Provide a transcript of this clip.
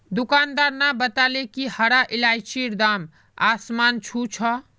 दुकानदार न बताले कि हरा इलायचीर दाम आसमान छू छ